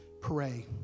pray